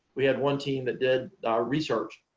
we had one team that did our research,